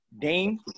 Dame